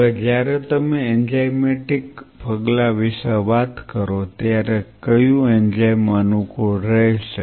હવે જ્યારે તમે એન્ઝાઇમેટિક પગલાં વિશે વાત કરો ત્યારે કયું એન્ઝાઇમ અનુકૂળ રહેશે